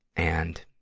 and,